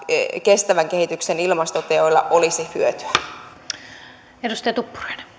kestävän kehityksen ilmastoteoista olisi hyötyä